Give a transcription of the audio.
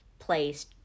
place